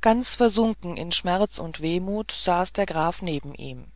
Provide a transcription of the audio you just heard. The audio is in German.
ganz versunken in schmerz und wehmut saß der graf neben ihm